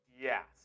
Yes